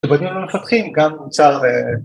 ובדיון המפתחים גם נוצר